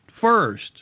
first